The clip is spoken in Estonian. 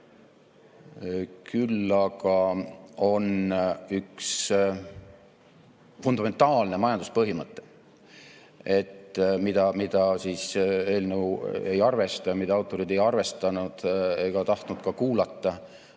Küll aga on üks fundamentaalne majanduspõhimõte,